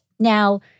Now